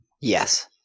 yes